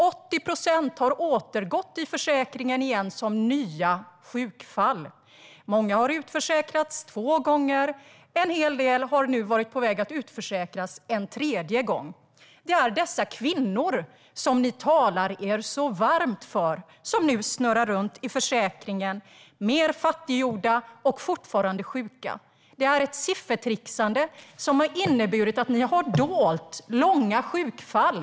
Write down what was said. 80 procent har återgått till försäkringen igen som nya sjukfall. Många har utförsäkrats två gånger, och en hel del har varit på väg att utförsäkras en tredje gång. Det är dessa kvinnor som ni talar så varmt om som nu snurrar runt i försäkringen - fattigare och fortfarande sjuka. Det är ett siffertrixande som har inneburit att ni har dolt långa sjukfall.